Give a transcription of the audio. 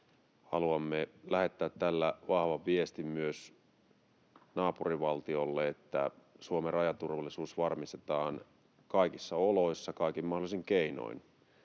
haluamme lähettää tällä vahvan viestin myös naapurivaltiolle, että Suomen rajaturvallisuus varmistetaan kaikissa oloissa kaikin mahdollisin keinoin.